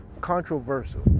controversial